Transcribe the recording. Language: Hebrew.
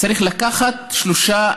צריך לקחת שלושה,